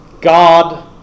God